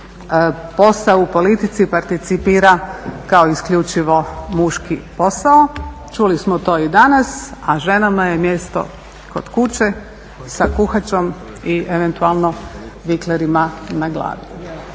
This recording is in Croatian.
posao u politici participira kao isključivo muški posao. Čuli smo to i danas, a ženama je mjesto kod kuće sa kuhačom i eventualno viklerima na glavi.